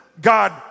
God